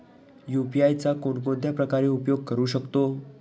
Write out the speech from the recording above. मी UPI चा कोणकोणत्या प्रकारे उपयोग करू शकतो?